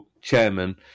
chairman